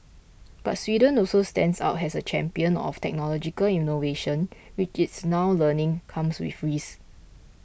but Sweden also stands out as a champion of technological innovation which it's now learning comes with risks